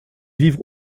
vivre